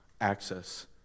access